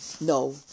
No